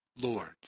Lord